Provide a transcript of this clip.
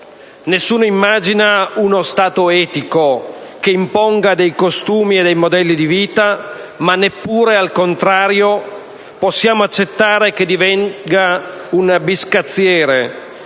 Nessuno immagina uno Stato etico, che imponga costumi e modelli di vita, ma neppure, al contrario, possiamo accettare che lo Stato divenga un biscazziere,